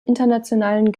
internationalen